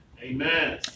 Amen